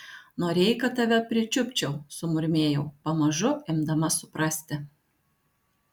norėjai kad tave pričiupčiau sumurmėjau pamažu imdama suprasti